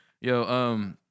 Yo